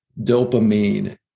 dopamine